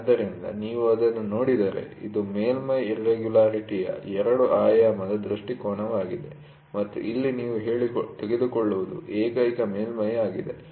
ಆದ್ದರಿಂದ ನೀವು ಅದನ್ನು ನೋಡಿದರೆ ಇದು ಮೇಲ್ಮೈ ಇರ್ರೆಗುಲರಿಟಿ'ಯ ಎರಡು ಆಯಾಮದ ದೃಷ್ಟಿಕೋನವಾಗಿದೆ ಮತ್ತು ಇಲ್ಲಿ ನೀವು ತೆಗೆದುಕೊಳ್ಳುವುದು ಏಕೈಕ ಮೇಲ್ಮೈ ಆಗಿದೆ